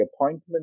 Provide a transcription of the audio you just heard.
appointment